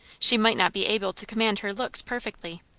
she might not be able to command her looks perfectly.